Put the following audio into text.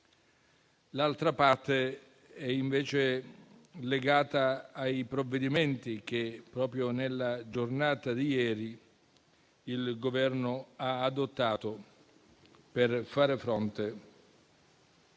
seconda parte è invece legata ai provvedimenti che, proprio nella giornata di ieri, il Governo ha adottato per far fronte